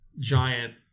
giant